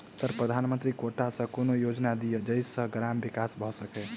Sir प्रधानमंत्री quota सऽ कोनो योजना दिय जै सऽ ग्रामक विकास भऽ सकै?